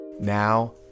Now